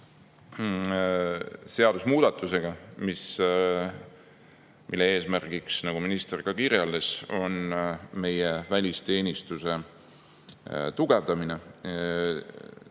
seadusemuudatusega, mille eesmärk, nagu minister ka kirjeldas, on meie välisteenistuse tugevdamine.